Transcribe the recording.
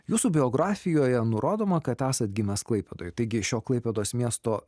jūsų biografijoje nurodoma kad esat gimęs klaipėdoj taigi šio klaipėdos miesto